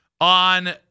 on